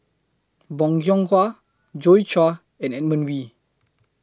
Bong Hiong Hwa Joi Chua and Edmund Wee